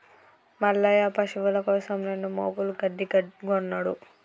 మల్లయ్య పశువుల కోసం రెండు మోపుల గడ్డి కొన్నడు